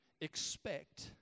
expect